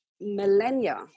millennia